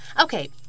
Okay